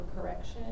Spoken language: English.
correction